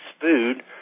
food